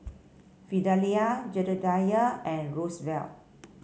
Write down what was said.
Fidelia Jedediah and Rosevelt